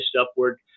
upward